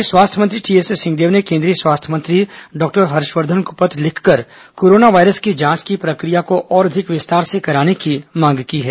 प्रदेश के स्वास्थ्य मंत्री टीएस सिंहदेव ने केंद्रीय स्वास्थ्य मंत्री डॉक्टर हर्षवर्धन को पत्र लिखकर कोरोना वायरस की जांच की प्रक्रिया को और अधिक विस्तार से कराने की मांग की है